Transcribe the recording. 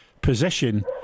position